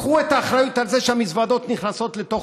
קחו את האחריות על זה שהמזוודות נכנסות לתוך